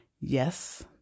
yes